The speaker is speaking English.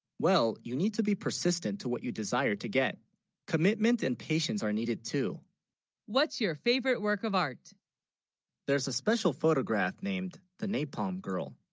well you need to be persistent to what you desire to get commitment and patience are needed what's your favorite work of art there's a special photograph named the napalm girl